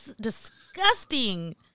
disgusting